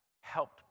helped